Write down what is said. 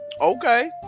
okay